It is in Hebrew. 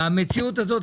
במציאות הזאת,